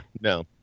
no